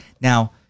Now